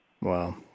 Wow